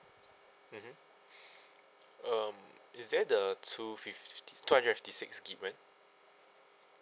mmhmm um is there the two fifty two hundred fifty six gig one